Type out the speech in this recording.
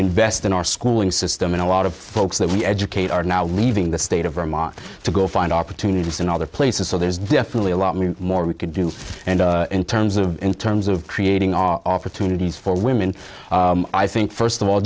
invest in our schooling system and a lot of folks that we educate are now leaving the state of vermont to go find opportunities in other places so there's definitely a lot more we could do and in terms of in terms of creating our opportunities for women i think first of all